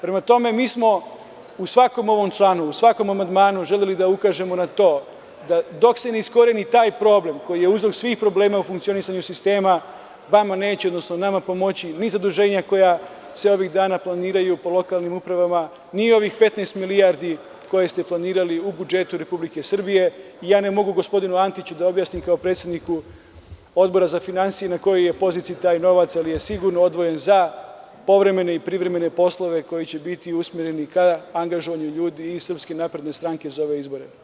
Prema tome, mi smo u svakom ovom članu, amandmanu, želeli da ukažemo na to da, dok se ne iskoreni taj problem koji je uzrok svih problema u funkcionisanju sistema, vama neće, odnosno nama pomoći, ni zaduženja koja se ovih dana planiraju po lokalnim upravama, ni ovih 15 milijardi koje ste planirali u budžetu Republike Srbije i ja ne mogu gospodinu Arsiću da objasnim, kao predsedniku Odbora za finansije, na kojoj je poziciji taj novac, ali je sigurno odvojen, za povremene i privremene poslove, koji će biti usmereni ka angažovanju ljudi iz SNS za ove izbore.